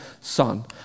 son